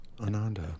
Ananda